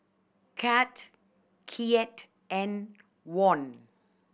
CAD Kyat and Won